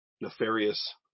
nefarious